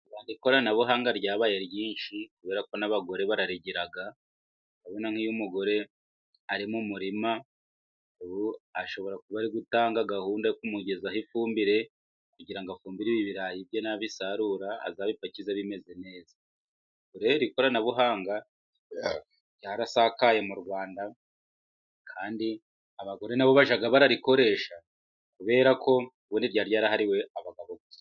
Ikoranabuhanga ryabaye ryinshi kuberako n'abagore bararigira, urabona nk'iyo umugore ari mu murima ubu ashobora kuba ari gutanga gahunda yo kumugezaho ifumbire kugira ngo afumbire ibi birayi bye ,nabisarura azabipakize bimeze neza .Ubu rero ikoranabuhanga ryarasakaye mu Rwanda kandi abagore nabo bajya barikoresha kuberako ubundi ryari ryarahariwe abagabo gusa.